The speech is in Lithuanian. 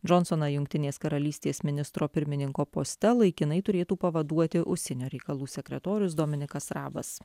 džonsoną jungtinės karalystės ministro pirmininko poste laikinai turėtų pavaduoti užsienio reikalų sekretorius dominikas rabas